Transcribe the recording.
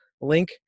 link